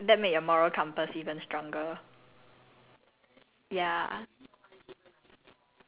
trauma ah ya ya you've been scarred no I feel like that made your moral compass even stronger